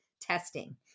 testing